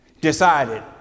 Decided